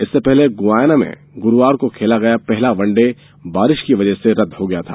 इससे पहले गुयाना में गुरुवार को खेला गया पहला वनडे बारिश की वजह से रद्द हो गया था